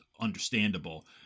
understandable